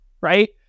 right